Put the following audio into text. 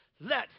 let